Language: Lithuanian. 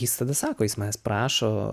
jis tada sako jis manęs prašo